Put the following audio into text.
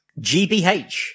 GBH